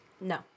No